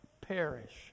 perish